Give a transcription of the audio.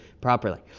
properly